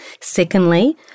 Secondly